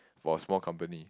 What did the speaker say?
for a small company